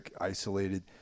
isolated